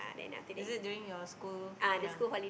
is it during your school ya